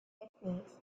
techniques